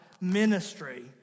ministry